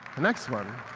next one